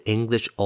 English